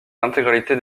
l’intégralité